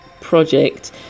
project